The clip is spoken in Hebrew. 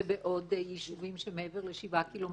ובעוד יישובים שמעבר לשבעה ק"מ,